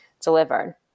delivered